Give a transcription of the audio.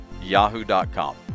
yahoo.com